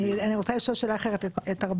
אני רוצה לשאול שאלה אחרת את ארבל.